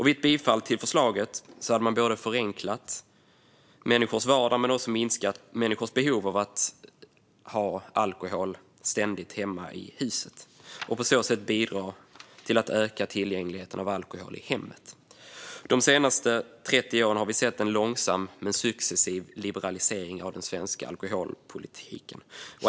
Vid bifall till förslaget hade man både förenklat människors vardag och minskat människors behov av att ständigt ha alkohol hemma i huset. Det handlar alltså om tillgängligheten av alkohol i hemmet. De senaste 30 åren har vi sett en långsam men successiv liberalisering av den svenska alkoholpolitiken.